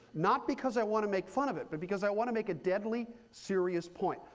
not because i want to make fun of it, but because i want to make a deadly serious point.